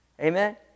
Amen